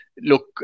look